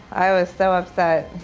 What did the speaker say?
i was so upset.